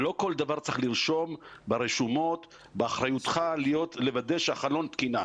ולא כל דבר צריך לרשום ברשומות באחריותך לוודא שהחלון תקין,